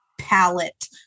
palette